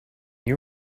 you